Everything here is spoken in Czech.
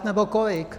Nebo kolik?